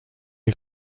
est